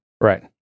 Right